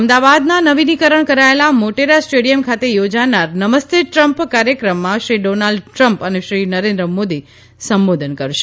અમદાવાદના નવીનીકરણ કરાયેલા મોટેરા સ્ટેડિયમ ખાતે થોજાનાર નમસ્તે ટ્રમ્પ કાર્યક્રમમાં શ્રી ડોનાલ્ડ ટ્રમ્પ અને શ્રી નરેન્દ્ર મોદી સંબોધન કરશે